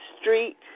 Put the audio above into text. Street